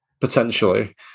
potentially